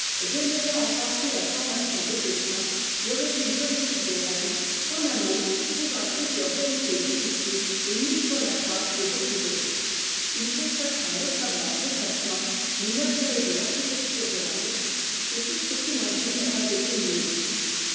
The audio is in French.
démêla en partie la formation des essaims le régime politique des reines en un mot trouva plusieurs vérités difficiles et mit sur la trace de beaucoup d'autres il consacra notamment de sa science les merveilles de l'architecture de la ruohe et tout ce qu'il en dit n'a pas été mieux dit